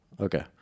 Okay